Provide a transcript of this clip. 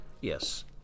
Yes